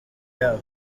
yabo